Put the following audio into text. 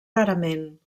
rarament